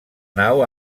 nau